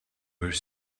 were